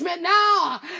now